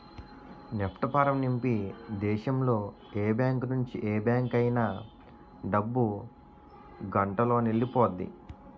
NEFT form నింపి దేశంలో ఏ బ్యాంకు నుంచి ఏ బ్యాంక్ అయినా డబ్బు గంటలోనెల్లిపొద్ది